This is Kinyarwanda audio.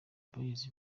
boyz